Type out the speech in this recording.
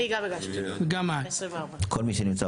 גם אני הגשתי בכנסת העשרים וארבע.